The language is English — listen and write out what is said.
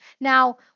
now